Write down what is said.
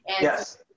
yes